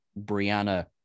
Brianna